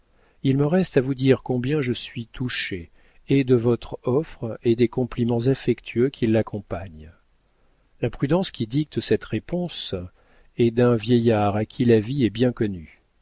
il me reste à vous dire combien je suis touchée et de votre offre et des compliments affectueux qui l'accompagnent la prudence qui dicte cette réponse est d'un vieillard à qui la vie est bien connue